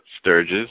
Sturgis